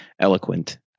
eloquent